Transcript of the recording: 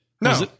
No